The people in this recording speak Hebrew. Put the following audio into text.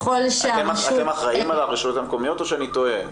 אתם אחראים על הרשויות המקומיות או שאני טועה?